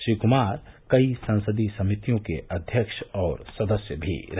श्री कुमार कई संसदीय समितियों के अध्यक्ष और सदस्य भी रहे